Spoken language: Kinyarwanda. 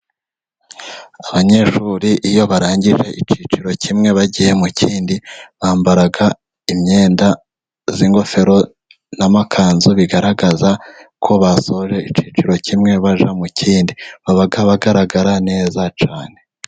Abanyeshuri iyo barangije ikiciro kimwe bagiye mu kindi ,bambara imyenda y'ingofero n'amakanzu bigaragaza ko basoje ikiciro kimwe bajya mu kindi, baba bagaragara neza cyane.